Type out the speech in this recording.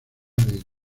del